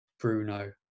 Bruno